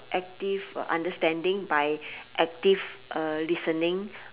active understanding by active uh listening